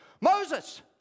Moses